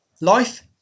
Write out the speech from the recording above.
Life